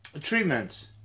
treatments